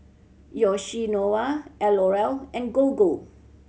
Yoshinoya L'Oreal and Gogo